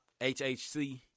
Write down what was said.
HHC